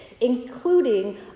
including